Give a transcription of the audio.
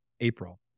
April